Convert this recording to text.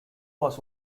was